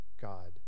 God